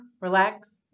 relax